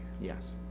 Yes